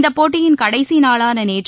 இந்தப் போட்டியின் கடைசி நாளான நேற்று